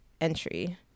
entry